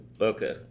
okay